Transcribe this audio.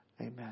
Amen